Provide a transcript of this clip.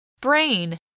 brain